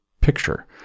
picture